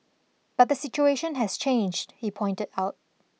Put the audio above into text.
but the situation has changed he pointed out